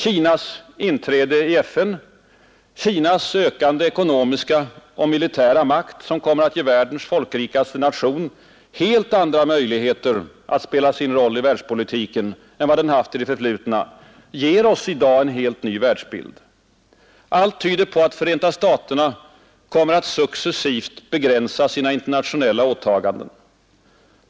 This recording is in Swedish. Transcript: Kinas inträde i FN, Kinas ökande ekonomiska och militära makt, som kommer att ge världens folkrikaste nation helt andra möjligheter att spela sin roll i världspolitiken än vad den haft i det förflutna, ger oss en ny världsbild. Allt tyder på att Förenta staterna kommer att successivt begränsa sina internationella åtaganden.